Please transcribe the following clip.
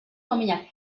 dominak